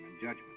judgment